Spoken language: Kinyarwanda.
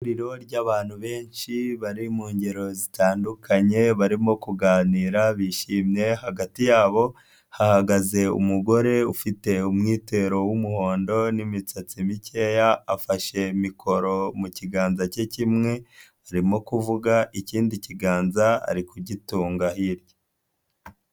Ihuriro ry'abantu benshi bari mu ngero zitandukanye barimo kuganira bishimye hagati yabo hahagaze umugore ufite umwitero w'umuhondo n'imisatsi mikeya, afashe mikoro mu kiganza cye kimwe arimo kuvuga ikindi kiganza ari kugitunga hirya.